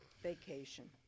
vacation